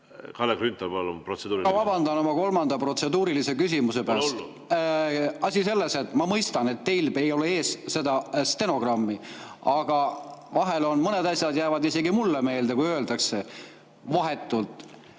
Kalle Grünthal, palun! Protseduuriline. Ma vabandan oma kolmanda protseduurilise küsimuse pärast. Pole hullu. Asi selles: ma mõistan, et teil ei ole ees seda stenogrammi, aga vahel mõned asjad jäävad isegi mulle meelde, kui öeldakse vahetult.